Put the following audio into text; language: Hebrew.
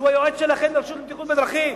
שהוא היועץ שלכם לרשות לבטיחות בדרכים,